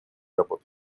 работы